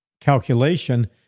calculation